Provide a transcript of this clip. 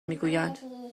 میگویند